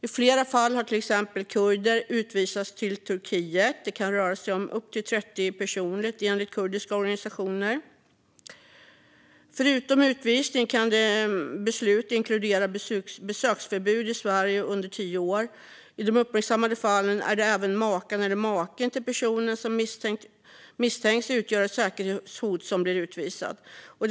I flera fall har till exempel kurder utvisats till Turkiet. Det kan röra sig om upp till 30 personer, enligt kurdiska organisationer. Förutom utvisning kan beslut inkludera besöksförbud i Sverige under tio år. I de uppmärksammade fallen har även makan eller maken till personen som misstänks utgöra ett säkerhetshot utvisats.